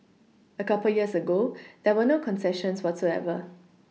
a couple years ago there were no concessions whatsoever